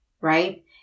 right